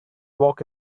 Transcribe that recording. walk